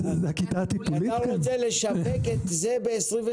אתה רוצה לשווק את זה ב-2022?